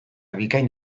bikain